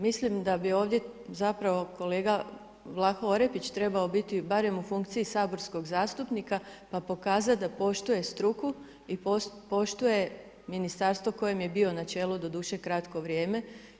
Mislim da bi ovdje zapravo kolega Vlaho Orepić biti barem u funkciji saborskog zastupnika, pa pokazati da poštuje struku i poštuje ministarstvo kojem je bio na čelu doduše kratko vrijeme.